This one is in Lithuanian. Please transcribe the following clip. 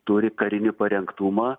turi karinį parengtumą